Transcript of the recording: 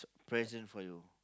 present for you